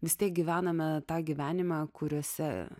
vis tiek gyvename tą gyvenimą kuriose